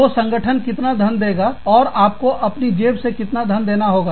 तो संगठन कितना धन देगा और आपको अपनी जेब से कितना धन देंगे